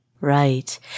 Right